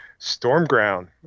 stormground